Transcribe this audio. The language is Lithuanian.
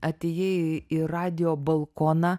atėjai į radijo balkoną